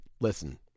listen